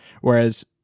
Whereas